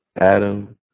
Adam